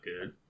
good